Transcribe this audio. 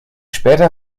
später